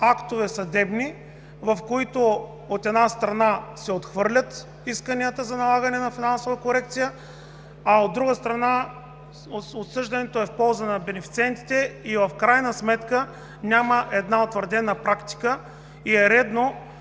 актове, в които, от една страна, се отхвърлят исканията за налагане на финансова корекция, а, от друга страна, отсъждането е в полза на бенефициентите. В крайна сметка няма една утвърдена практика и е редно